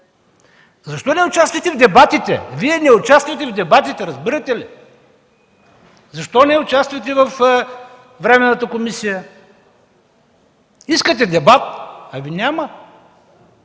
Защо не участвате в дебатите?! Вие не участвате в дебатите, разбирате ли! Защо не участвате във временната комисия? Искате дебат, ами няма!